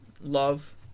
Love